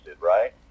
right